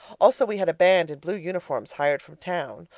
also we had a band in blue uniforms hired from town.